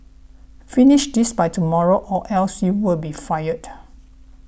finish this by tomorrow or else you'll be fired